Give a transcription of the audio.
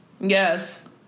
Yes